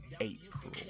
April